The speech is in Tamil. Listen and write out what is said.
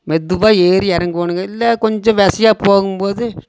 மெதுவாக ஏறி இறங்கோணுங்க இல்லை கொஞ்சம் வெரசையா போகும்போது